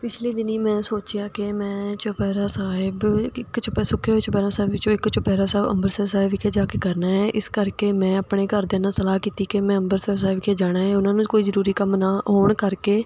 ਪਿਛਲੇ ਦਿਨੀਂ ਮੈਂ ਸੋਚਿਆ ਕਿ ਮੈਂ ਚੁਪਹਿਰਾ ਸਾਹਿਬ ਇੱਕ ਚੁਪੈ ਸੁੱਖੇ ਹੋਏ ਚੁਪਹਿਰਾ ਸਾਹਿਬ ਵਿੱਚੋਂ ਇੱਕ ਚੁਪਹਿਰਾ ਸਾਹਿਬ ਅੰਮ੍ਰਿਤਸਰ ਸਾਹਿਬ ਵਿਖੇ ਜਾ ਕੇ ਕਰਨਾ ਹੈ ਇਸ ਕਰਕੇ ਮੈਂ ਆਪਣੇ ਘਰਦਿਆਂ ਨਾਲ ਸਲਾਹ ਕੀਤੀ ਕਿ ਮੈਂ ਅੰਮ੍ਰਿਤਸਰ ਸਾਹਿਬ ਵਿਖੇ ਜਾਣਾ ਹੈ ਉਹਨਾਂ ਨੂੰ ਕੋਈ ਜ਼ਰੂਰੀ ਕੰਮ ਨਾ ਹੋਣ ਕਰਕੇ